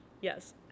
yes